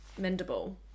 mendable